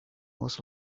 was